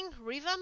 rhythm